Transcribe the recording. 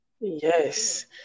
Yes